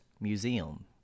museum